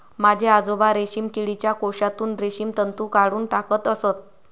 माझे आजोबा रेशीम किडीच्या कोशातून रेशीम तंतू काढून टाकत असत